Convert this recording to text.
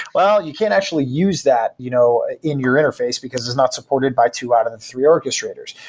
well, you can't actually use that, you know, in your interface because it's not supported by two out of the three orchestrators,